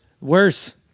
Worse